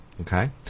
Okay